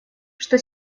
что